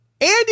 Andy